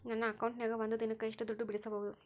ನನ್ನ ಅಕೌಂಟಿನ್ಯಾಗ ಒಂದು ದಿನಕ್ಕ ಎಷ್ಟು ದುಡ್ಡು ಬಿಡಿಸಬಹುದು?